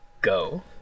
go